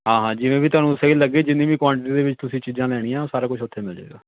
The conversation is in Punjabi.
ਹਾਂ ਹਾਂ ਜਿਵੇਂ ਵੀ ਤੁਹਾਨੂੰ ਸਹੀ ਲੱਗੇ ਜਿੰਨੀ ਵੀ ਕੁਆਂਟਿਟੀ ਦੇ ਵਿੱਚ ਤੁਸੀਂ ਚੀਜ਼ਾਂ ਲੈਣੀਆਂ ਸਾਰਾ ਕੁਝ ਉੱਥੇ ਮਿਲ ਜਾਏਗਾ